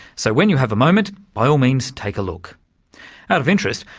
so when you have a moment, by all means take a look. out of interest,